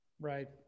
Right